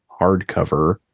hardcover